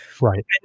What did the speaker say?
Right